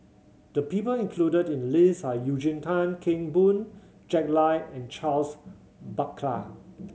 the people included in the list are Eugene Tan Kheng Boon Jack Lai and Charles Paglar